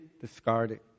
discarded